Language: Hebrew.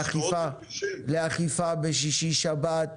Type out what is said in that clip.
לאכיפה בשישי שבת,